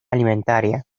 alimentaria